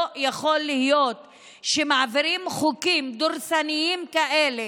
לא יכול להיות שמעבירים חוקים דורסניים כאלה,